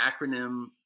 acronym